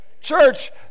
Church